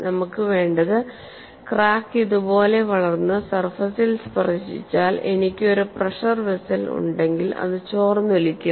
നമുക്ക് വേണ്ടത് ക്രാക്ക് ഇതുപോലെ വളർന്ന് സർഫസിൽ സ്പർശിച്ചാൽ എനിക്ക് ഒരു പ്രെഷർ വെസൽ ഉണ്ടെങ്കിൽ അത് ചോർന്നൊലിക്കും